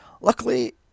Luckily